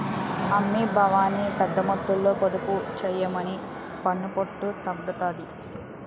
అమ్మీ బావని పెద్దమొత్తంలో పొదుపు చెయ్యమను పన్నుపోటు తగ్గుతాది